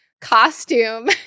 costume